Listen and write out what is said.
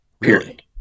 Period